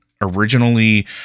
Originally